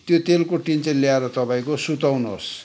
त्यो तेलको टिन चाहिँ ल्याएर तपाईँको सुताउनुहोस्